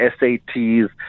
SATs